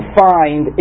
find